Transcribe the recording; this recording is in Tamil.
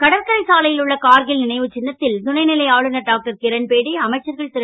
கடற்கரை சாலை ல் உள்ள கார்கில் னைவுச் சின்னத் ல் துணை லை ஆளுநர் டாக்டர் கிரண்பேடி அமைச்சர்கள் ரு